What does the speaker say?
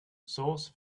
sauce